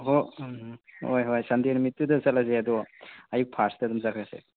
ꯍꯣ ꯍꯣꯏ ꯍꯣꯏ ꯁꯟꯗꯦ ꯅꯨꯃꯤꯠꯇꯨꯗ ꯆꯠꯂꯁꯦ ꯑꯗꯣ ꯑꯌꯨꯛ ꯐꯥꯔꯁꯇ ꯑꯗꯨꯝ ꯆꯠꯈ꯭ꯔꯁꯦ